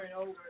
over